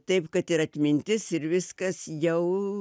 taip kad ir atmintis ir viskas jau